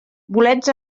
bolets